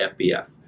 fbf